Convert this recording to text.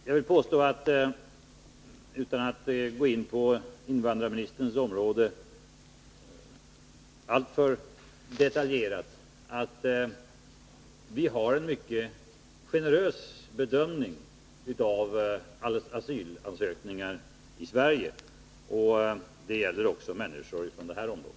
Jag vill påstå — utan att gå in på invandrarministerns område alltför detaljerat — att vi har en mycket generös bedömning av asylansökningar i Sverige, och det gäller också för människor från det här området.